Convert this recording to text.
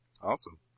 Awesome